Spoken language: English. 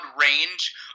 range